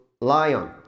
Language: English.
lion